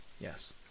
Yes